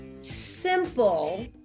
simple